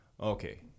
okay